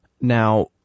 Now